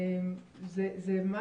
זה לא